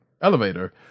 elevator